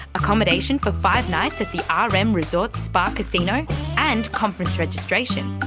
accommodation for five nights at the ah rm resort spa casino and conference registration.